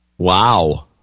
Wow